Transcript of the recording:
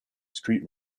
street